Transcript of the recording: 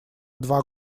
два